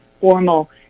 formal